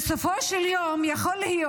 בסופו של יום, יכול להיות